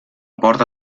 porta